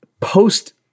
Post